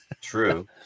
True